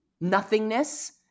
nothingness